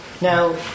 Now